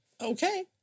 Okay